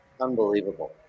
Unbelievable